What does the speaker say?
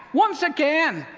once again,